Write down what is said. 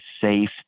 safe